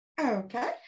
Okay